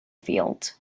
field